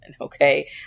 okay